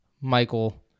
Michael